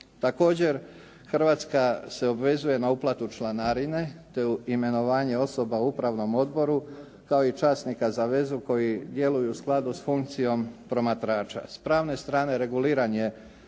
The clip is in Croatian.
Također Hrvatska se obvezuje na uplatu članarine te imenovanje osoba u upravnom odboru, kao i časnika za vezu koji djeluju u skladu s funkcijom promatrača. S pravne strane reguliranje